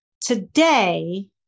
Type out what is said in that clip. today